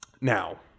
Now